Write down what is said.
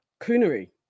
coonery